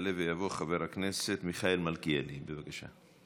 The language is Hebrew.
יעלה ויבוא חבר הכנסת מיכאל מלכיאלי, בבקשה.